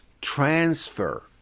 transfer